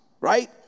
right